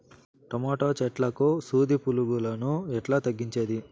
Tomato చెట్లకు సూది పులుగులను ఎట్లా తగ్గించేది?